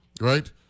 right